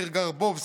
מאיר גרבובסקי,